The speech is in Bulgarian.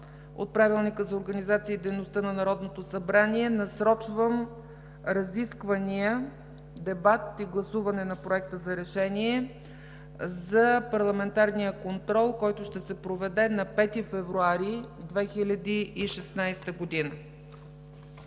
от Правилника за организацията и дейността на Народното събрание, насрочвам разисквания, дебат и гласуване на Проекта за решение за парламентарния контрол, който ще се проведе на 5 февруари 2016 г.